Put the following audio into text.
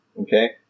Okay